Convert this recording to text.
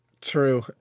True